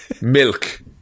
Milk